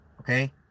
okay